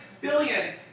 billion